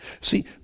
See